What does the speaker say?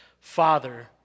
father